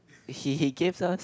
he he gave some